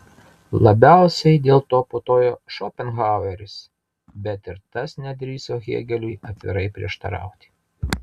labiausiai dėl to putojo šopenhaueris bet ir tas nedrįso hėgeliui atvirai prieštarauti